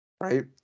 right